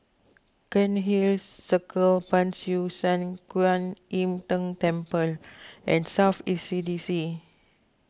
Cairnhill Circle Ban Siew San Kuan Im Tng Temple and South East C D C